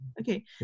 Okay